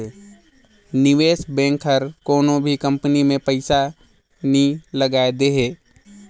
निवेस बेंक हर कोनो भी कंपनी में पइसा नी लगाए देहे